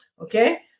okay